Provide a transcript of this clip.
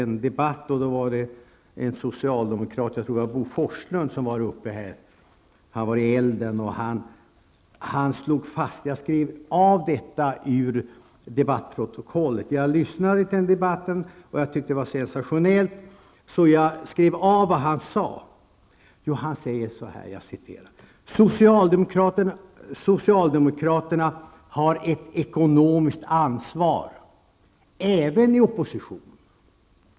I förra veckan var socialdemokraten Bo Forslund uppe i en debatt. Han var i elden. Jag lyssnade till debatten, och jag tyckte att det som sades var sensationellt. Jag läste sedan i snabbprotokollet vad han sade. Han sade att socialdemokraterna har ett ekonomiskt ansvar även i opposition.